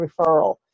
referral